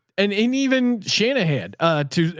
and and even shanahan ah to,